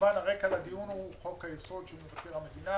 הרקע לדיון הוא חוק היסוד של מבקר המדינה